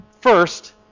first